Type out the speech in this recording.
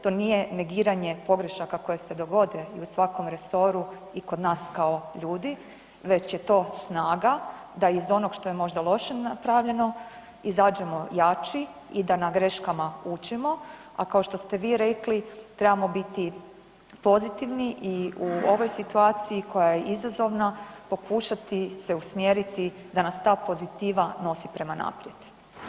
To nije negiranje pogrešaka koje se dogode i u svakom resoru i kod nas kao ljudi već je to snaga da iz onog što je možda loše napravljeno izađemo jači i da na greškama učimo, a kao što ste vi rekli trebamo biti pozitivni i u ovoj situaciji koja je izazovna pokušati se usmjeriti da nas ta pozitiva nosi prema naprijed.